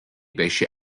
wäsche